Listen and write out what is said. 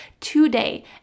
today